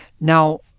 Now